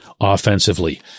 offensively